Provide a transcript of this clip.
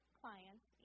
clients